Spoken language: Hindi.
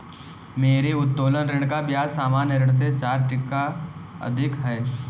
मेरे उत्तोलन ऋण का ब्याज सामान्य ऋण से चार टका अधिक है